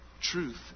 truth